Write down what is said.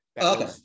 Okay